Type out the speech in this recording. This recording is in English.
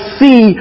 see